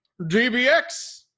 DBX